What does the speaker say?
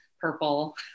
purple